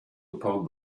upon